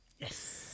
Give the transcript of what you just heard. Yes